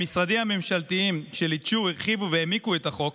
למשרדים הממשלתיים שליטשו, הרחיבו והעמיקו את החוק